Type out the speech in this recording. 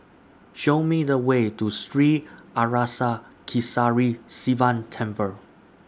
Show Me The Way to Sri Arasakesari Sivan Temple